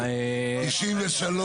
1 לא אושר.